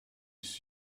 ich